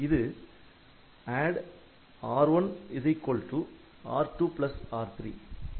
இது ADD R1 R2R3